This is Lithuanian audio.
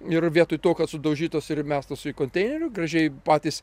ir vietoj to kad sudaužytos ir mestos į konteinerių gražiai patys